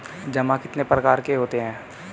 जमा कितने प्रकार के होते हैं?